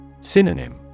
Synonym